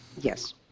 Yes